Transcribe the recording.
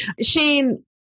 Shane